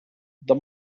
the